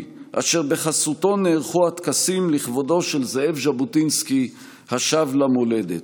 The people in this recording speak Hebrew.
אשר בחסותו נערכו הטקסים לכבודו של זאב ז'בוטינסקי השב למולדת.